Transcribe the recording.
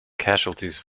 casualties